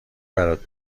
برات